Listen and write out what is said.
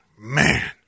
Man